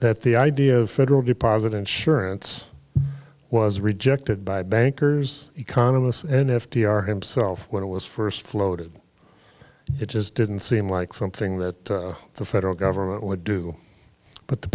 that the idea of deposit insurance was rejected by bankers economists and f d r himself when it was first floated it just didn't seem like something that the federal government would do but the